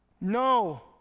No